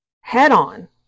head-on